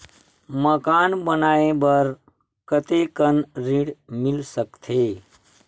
मकान बनाये बर कतेकन ऋण मिल सकथे?